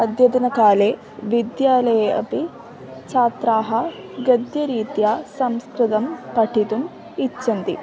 अद्यतनकाले विद्यालये अपि छात्राः गद्यरीत्या संस्कृतं पठितुम् इच्छन्ति